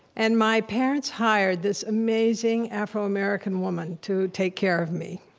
and my parents hired this amazing afro-american woman to take care of me,